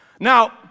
Now